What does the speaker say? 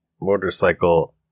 motorcycle